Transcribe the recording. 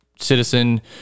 citizen